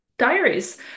diaries